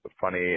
funny